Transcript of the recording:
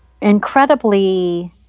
incredibly